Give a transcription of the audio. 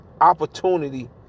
opportunity